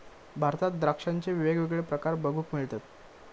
भारतात द्राक्षांचे वेगवेगळे प्रकार बघूक मिळतत